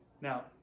now